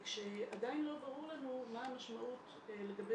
כשעדיין לא ברור לנו מה המשמעות לגבי